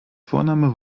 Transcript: vorname